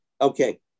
Okay